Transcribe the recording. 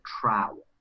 trowel